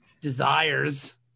Desires